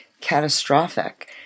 catastrophic